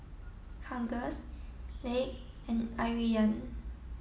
Hughes Leigh and Iridian